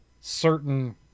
certain